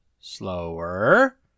Slower